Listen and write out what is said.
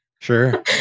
Sure